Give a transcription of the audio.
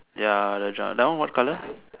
ya the dri that one what colour